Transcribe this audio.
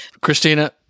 Christina